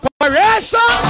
Operation